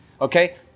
Okay